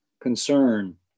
concern